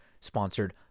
Sponsored